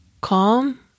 calm